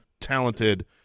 talented